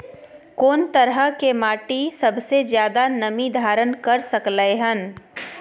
कोन तरह के माटी सबसे ज्यादा नमी धारण कर सकलय हन?